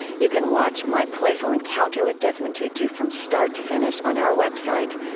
you can watch my playful encounter with desmond tutu from start to finish on our website,